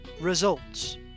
results